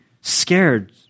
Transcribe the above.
scared